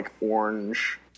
orange